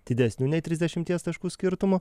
didesniu nei trisdešimties taškų skirtumu